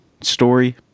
story